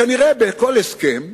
שכנראה בכל הסכם